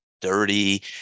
dirty